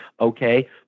Okay